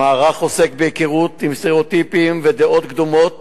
המערך עוסק בהיכרות עם סטריאוטיפים ודעות קדומות